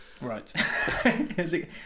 Right